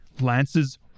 Lance's